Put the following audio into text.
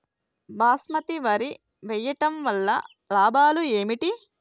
బాస్మతి వరి వేయటం వల్ల లాభాలు ఏమిటి?